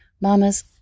mamas